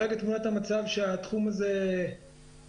תמונת המצב היא שהתחום הזה קורס